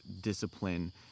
discipline